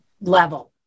level